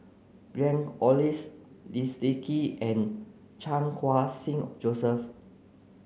Glen Goei Leslie Kee and Chan Khun Sing Joseph